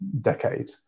decade